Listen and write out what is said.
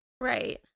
Right